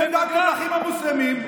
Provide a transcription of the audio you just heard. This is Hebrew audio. אתם דאגתם לאחים המוסלמים,